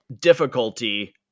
difficulty